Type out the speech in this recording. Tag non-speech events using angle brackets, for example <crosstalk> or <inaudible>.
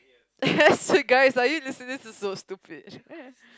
<laughs> so guys are you listen this is so stupid